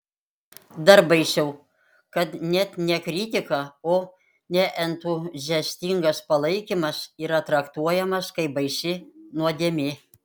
dar baisiau kad net ne kritika o neentuziastingas palaikymas yra traktuojamas kaip baisi nuodėmė